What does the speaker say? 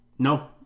No